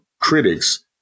critics